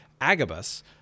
Agabus